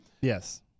Yes